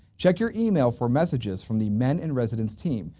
check your email for messages from the men-in-residence team.